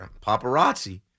paparazzi